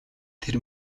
тэр